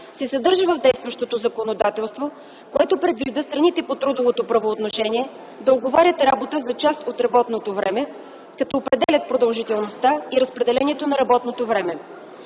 се съдържа в действащото законодателство, което предвижда страните по трудовото правоотношение да уговарят работа за част от работното време, като определят продължителността и разпределението на работното време.